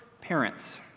parents